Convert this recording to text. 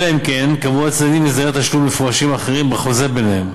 אלא אם כן קבעו הצדדים הסדרי תשלום מפורשים אחרים בחוזה ביניהם.